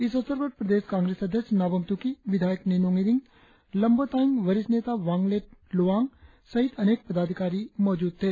इस अवसर पर प्रदेश कांग्रेस अध्यक्ष नाबम त्रकी विधायक निनोंग इरिंग लोंबो तायेंग वरिष्ठ नेता वांगलेट लोवांग सहित अनेक पदाधिकारी मौजूद थे